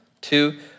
Two